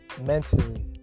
mentally